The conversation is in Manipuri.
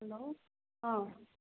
ꯍꯜꯂꯣ ꯑꯥ